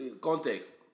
Context